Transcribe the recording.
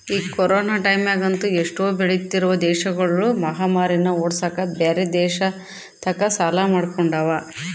ಈ ಕೊರೊನ ಟೈಮ್ಯಗಂತೂ ಎಷ್ಟೊ ಬೆಳಿತ್ತಿರುವ ದೇಶಗುಳು ಮಹಾಮಾರಿನ್ನ ಓಡ್ಸಕ ಬ್ಯೆರೆ ದೇಶತಕ ಸಾಲ ಮಾಡಿಕೊಂಡವ